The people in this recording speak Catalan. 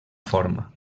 forma